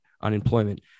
unemployment